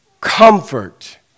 Comfort